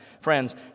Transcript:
Friends